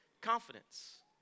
confidence